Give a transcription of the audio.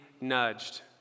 nudged